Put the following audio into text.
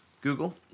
Google